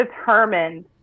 determined